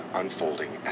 unfolding